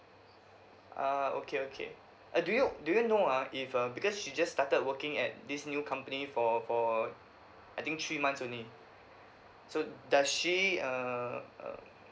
ah okay okay uh do you do you know ah if uh because she just started working at this new company for for I think three months only so does she err